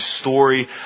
story